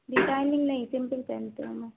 designing नहीं simple पहनती हूँ मैं